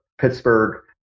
Pittsburgh